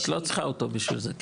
את לא צריכה אותו בשביל זה,